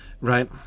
right